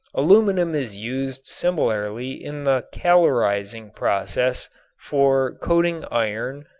aluminum is used similarly in the calorizing process for coating iron,